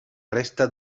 resta